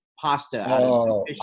pasta